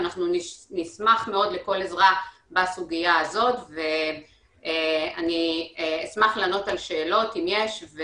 אנחנו נשמח מאוד לכל עזרה בסוגיה הזאת ואני אשמח לענות על שאלות אם יש.